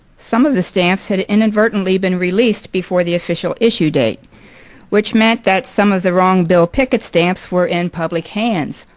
some of the stamps had inadvertently been released before the official issue date which meant that some of the wrong bill pickett stamps were in public hands.